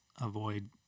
avoid